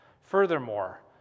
Furthermore